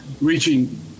reaching